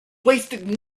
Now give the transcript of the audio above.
wasted